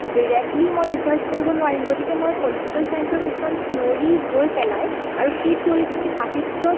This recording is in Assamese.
ডিৰেক্টলি মই ৰিচাৰ্ছ কৰিব নোৱাৰিম গতিকে মই পলিটিকেল চাইঞ্চৰ কিছুমান থিয়ৰি লৈ পেলাই আৰু সেই থিয়ৰিখিনি সাহিত্যত